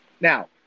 Now